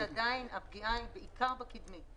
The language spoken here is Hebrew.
לכן עדיין הפגיעה היא בעיקר בחלק הקדמי.